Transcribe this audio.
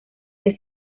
que